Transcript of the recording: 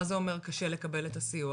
מה זה אומר קשה לקבל את הסיוע?